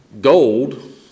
gold